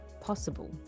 possible